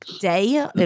day